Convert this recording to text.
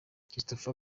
christopher